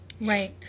Right